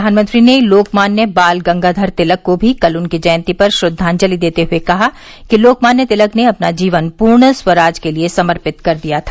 प्रधानमंत्री ने लोकमान्य बाल गंगाधर तिलक को भी कल उनकी जयंती पर श्रद्वांजलि देते हुए कहा कि लोकमान्य तिलक ने अपना जीवन पूर्ण स्वराज के लिए समर्पित कर दिया था